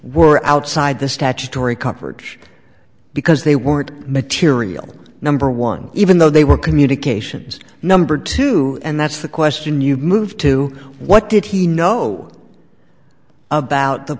were outside the statutory coverage because they weren't material number one even though they were communications number two and that's the question you move to what did he know about the